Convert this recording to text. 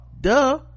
duh